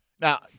Now